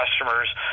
customers